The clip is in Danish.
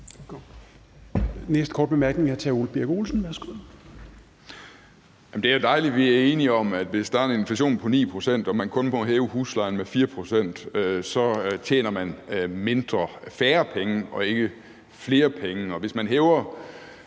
Det er dejligt, at vi er enige om, at hvis der er en inflation på 9 pct. og man kun må hæve huslejen med 4 pct., så tjener man færre penge, ikke flere penge,